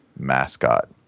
mascot